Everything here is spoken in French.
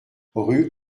rue